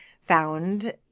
found